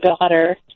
daughter